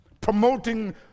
Promoting